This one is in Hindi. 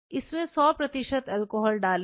इसमें 100 प्रतिशत अल्कोहल डालें